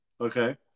Okay